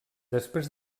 després